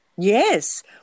yes